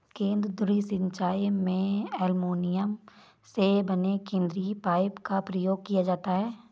केंद्र धुरी सिंचाई में एल्युमीनियम से बने केंद्रीय पाइप का प्रयोग किया जाता है